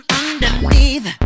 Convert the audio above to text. underneath